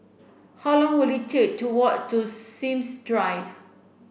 how long will it take to walk to Sims Drive